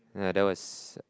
yeah that was